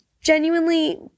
genuinely